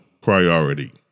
priority